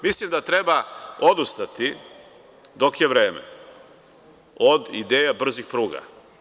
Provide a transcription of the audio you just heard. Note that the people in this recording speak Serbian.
Mislim da treba odustati dok je vreme od ideja brzih pruga.